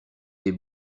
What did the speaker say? dès